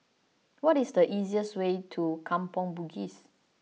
what is the easiest way to Kampong Bugis